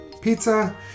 pizza